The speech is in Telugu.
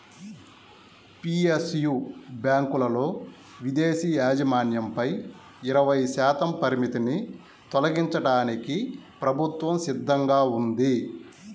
పి.ఎస్.యు బ్యాంకులలో విదేశీ యాజమాన్యంపై ఇరవై శాతం పరిమితిని తొలగించడానికి ప్రభుత్వం సిద్ధంగా ఉంది